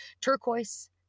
turquoise